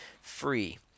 free